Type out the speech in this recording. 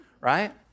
right